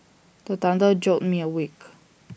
the thunder jolt me awake